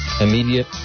immediate